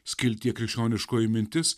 skiltyje krikščioniškoji mintis